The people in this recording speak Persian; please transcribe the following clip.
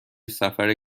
سفر